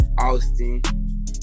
Austin